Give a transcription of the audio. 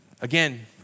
Again